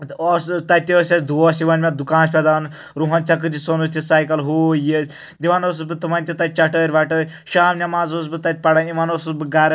اوسُس تَتہِ تہِ ٲسۍ اسہِ دوس یِوان مےٚ دُکانس پیٹھ دَپان رُہن ژےٚ کۭتِس اوٚنتھ یہِ سایکَل ہُو یہِ دِوان اوسُس بہٕ تِمن تہِ تتہِ چٹٲرۍ وَٹیٲرۍ شام نٮ۪ماز اوسُس بہٕ تتہ پَران یِوان اوسُس بہٕ گَرٕ